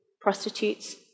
prostitutes